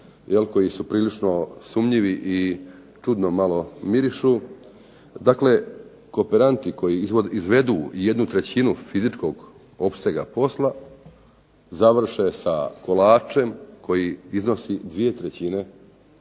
koji su prilično sumnjivi i čudno malo mirišu. Dakle, kooperanti koji izvedu jednu trećinu fizičkog opsega posla završe sa kolačem koji iznosi dvije trećine novaca,